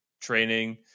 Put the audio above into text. training